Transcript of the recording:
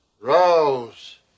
Rose